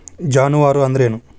ಜಾನುವಾರು ಅಂದ್ರೇನು?